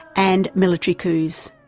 and military coups,